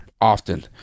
often